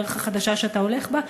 בדרך החדשה שאתה הולך בה?